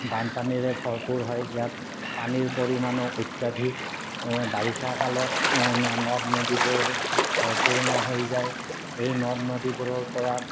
বানপানীৰে ভৰপূৰ হয় ইয়াত পানীৰ পৰিমাণো অত্যাধিক বাৰিষাৰ কালত নদ নদীবোৰ ভৰপূৰ হৈ যায় এই নদ নদীবোৰৰপৰা